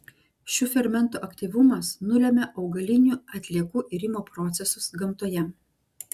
šių fermentų aktyvumas nulemia augalinių atliekų irimo procesus gamtoje